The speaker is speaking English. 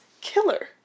killer